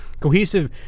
cohesive